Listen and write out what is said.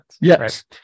Yes